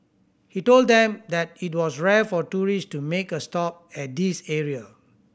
he told them that it was rare for tourist to make a stop at this area